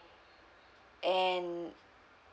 and